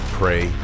pray